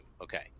Okay